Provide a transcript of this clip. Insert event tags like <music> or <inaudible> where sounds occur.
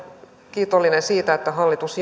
kiitollinen siitä että hallitus <unintelligible>